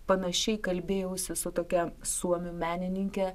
panašiai kalbėjausi su tokia suomių menininke